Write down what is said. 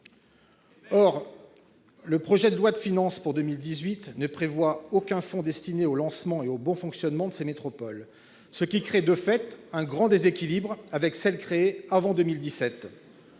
Or le projet de loi de finances pour 2018 ne prévoit aucun fonds destiné au lancement et au bon fonctionnement de ces métropoles, ce qui crée de fait un grand déséquilibre avec celles créées avant 2017.